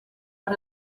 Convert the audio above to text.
per